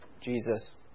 Jesus